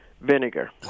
vinegar